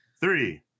three